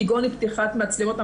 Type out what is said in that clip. כמו פתיחת מצלמות,